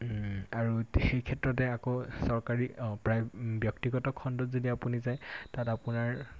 আৰু সেই ক্ষেত্ৰতে আকৌ চৰকাৰী প্ৰায় ব্যক্তিগত খণ্ডত যদি আপুনি যায় তাত আপোনাৰ